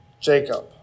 Jacob